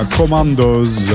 commandos